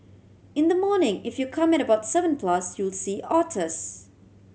in the morning if you come at about seven plus you'll see otters